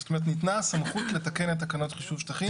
זאת אומרת ניתנה הסמכות לתקן את תקנות חישוב שטחים.